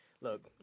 Look